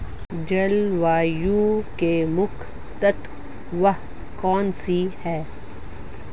जलवायु के मुख्य तत्व कौनसे हैं?